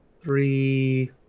three